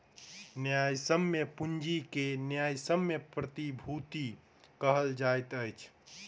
न्यायसम्य पूंजी के न्यायसम्य प्रतिभूति कहल जाइत अछि